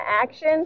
action